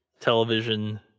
television